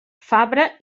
fabra